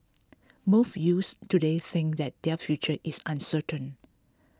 most youths today think that their future is uncertain